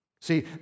See